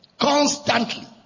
constantly